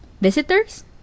Visitors